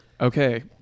okay